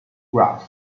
graphs